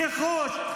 שורפים רכוש,